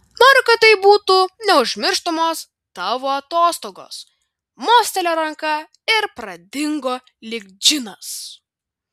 noriu kad tai būtų neužmirštamos tavo atostogos mostelėjo ranka ir pradingo lyg džinas